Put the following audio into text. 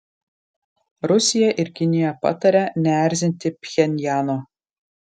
rusija ir kinija pataria neerzinti pchenjano